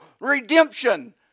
redemption